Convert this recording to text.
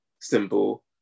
symbol